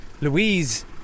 Louise